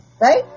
Right